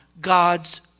God's